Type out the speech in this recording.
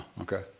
Okay